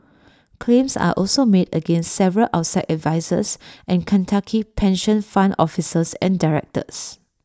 claims are also made against several outside advisers and Kentucky pension fund officers and directors